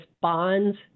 bonds